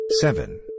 Seven